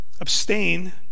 abstain